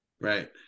Right